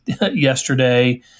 yesterday